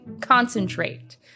Concentrate